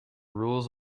rules